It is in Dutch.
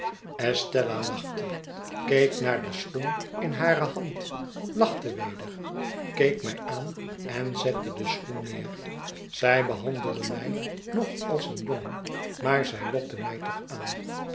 estella lachte keek naar den schoen in hare hand lachte weder keek mij aan en zette den schoen neer zij behandelde mij nog als een jongen maar zij lokte mij toch aan